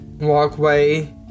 walkway